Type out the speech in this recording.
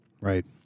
Right